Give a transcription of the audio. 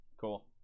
Cool